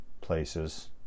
places